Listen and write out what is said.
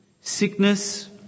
Sickness